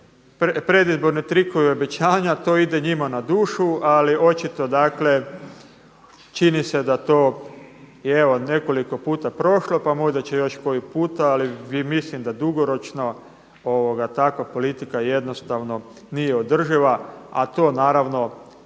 te predizborne trikove, obećanja to ide njima na dušu. Ali očito dakle čini se da to i evo je nekoliko puta prošlo pa možda će još koji puta ali mislim da dugoročno takva politika jednostavno nije održiva a to naravno